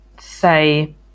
say